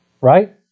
right